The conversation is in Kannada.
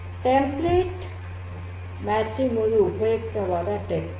ಟೆಂಪ್ಲೇಟ್ ಮ್ಯಾಚಿಂಗ್ ಒಂದು ಉಪಯುಕ್ತವಾದ ತಂತ್ರ